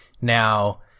Now